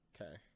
okay